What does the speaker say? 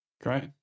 Great